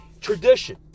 tradition